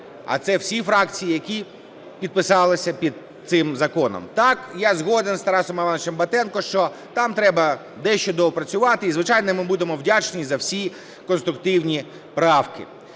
а це всі фракції, які підписалися під цим законом. Так, я згоден з Тарасом Івановичем Батенком, що там треба дещо доопрацювати. І, звичайно, ми будемо вдячні за всі конструктивні правки.